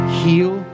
heal